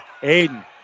Aiden